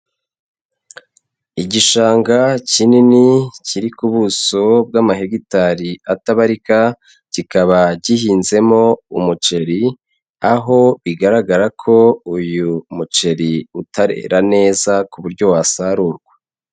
Igishanga kinini kiri ku buso bw'amahegitari atabarika, kikaba gihinzemo umuceri, aho bigaragara ko uyu muceri utarera neza ku buryo wasarurwa.